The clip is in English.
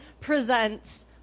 presents